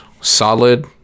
solid